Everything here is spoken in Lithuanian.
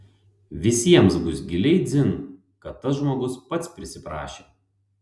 visiems bus giliai dzin kad tas žmogus pats prisiprašė